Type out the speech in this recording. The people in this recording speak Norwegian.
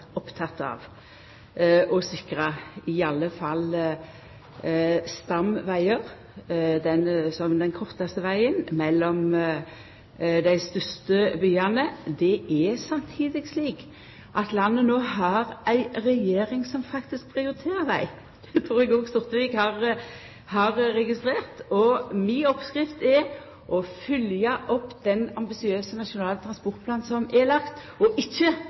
av å sikra i alle fall stamvegar som den kortaste vegen mellom dei største byane. Det er samtidig slik at landet no har ei regjering som prioriterer veg. Det trur eg òg Sortevik har registrert. Oppskrifta mi er å følgja opp den ambisiøse nasjonale transportplanen som er lagd, og ikkje